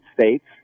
states